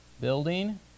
building